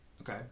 Okay